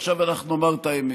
עכשיו אנחנו נאמר את האמת.